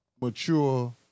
Mature